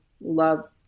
love